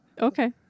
Okay